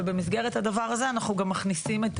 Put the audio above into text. ובמסגרת הדבר הזה אנחנו גם מכניסים,